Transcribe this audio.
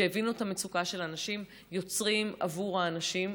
שהבינו את המצוקה של הנשים יוצרים עבור הנשים,